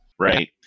Right